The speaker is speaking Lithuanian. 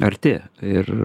arti ir